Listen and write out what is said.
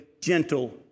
gentle